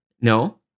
No